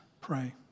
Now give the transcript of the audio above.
pray